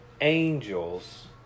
angels